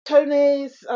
Tony's